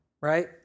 right